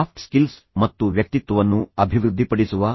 soft skills ಮತ್ತು ವ್ಯಕ್ತಿತ್ವವನ್ನು ಅಭಿವೃದ್ಧಿಪಡಿಸುವ ಎನ್